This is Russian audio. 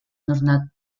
нужна